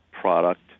product